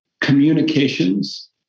communications